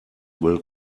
will